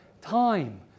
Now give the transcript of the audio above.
time